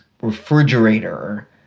refrigerator